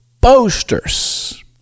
boasters